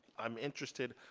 i'm interested,